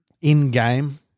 in-game